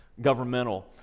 governmental